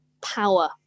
power